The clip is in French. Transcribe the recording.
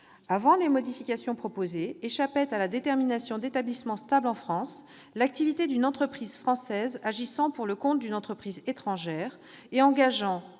Avant les modifications proposées, échappait à la détermination d'établissement stable en France l'activité d'une entreprise française agissant pour le compte d'une entreprise étrangère et engageant,